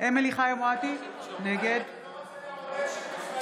אמילי חיה מואטי, נגד מה יהיה?